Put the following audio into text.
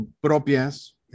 propias